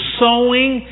sowing